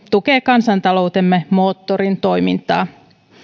tukee kansantaloutemme moottorin toimintaa